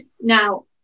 Now